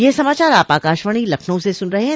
ब्रे क यह समाचार आप आकाशवाणी लखनऊ से सुन रहे हैं